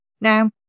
Now